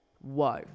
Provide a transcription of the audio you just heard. whoa